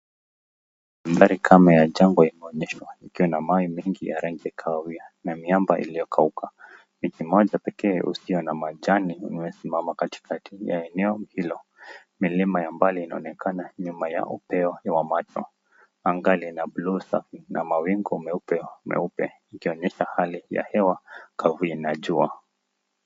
Mandhari kama ya jangwa inaonyeshwa ikiwa na mawe mengi ya rangi ya kahawia na miamba iliyokauka. Mti mmoja pekee ukiwa na majani umesimama katikati ya eneo hilo. Milima ya mbali inaonekana nyuma ya upeo. Anga lina mawingu meupe likionyesha hali ya hewa kavu ina jua.